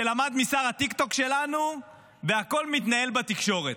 שלמד משר הטיקטוק שלנו, והכול מתנהל בתקשורת.